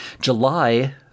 July